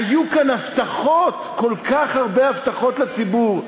היו כאן הבטחות, כל כך הרבה הבטחות לציבור.